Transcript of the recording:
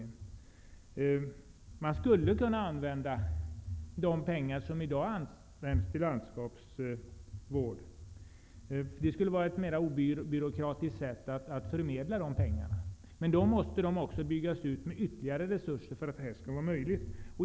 Till detta skulle pengar kunna tas från de pengar som i dag används för landskapsvård. Det skulle vara ett mer obyråkratiskt sätt att förmedla dessa pengar. Men det måste i så fall tillföras ytterligare resurser för att detta skall vara möjligt.